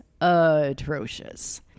atrocious